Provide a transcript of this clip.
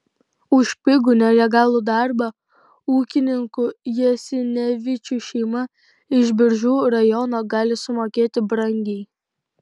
už pigų nelegalų darbą ūkininkų jasinevičių šeima iš biržų rajono gali sumokėti brangiai